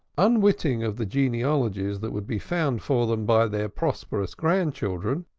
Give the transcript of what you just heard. unwitting of the genealogies that would be found for them by their prosperous grandchildren,